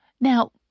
Now